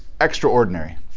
extraordinary